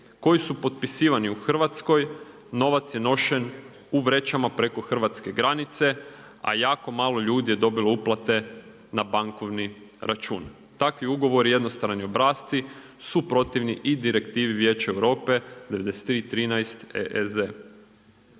koji su potpisivani u Hrvatskoj, novac je nošen u vrećama preko hrvatske granice a jako malo ljudi je dobilo uplate na bankovni račun. Takvi ugovori i jednostrani obrasci su protivni i direktivi Vijeća Europe 93-13/EEZ.